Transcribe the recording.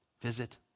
visit